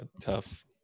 tough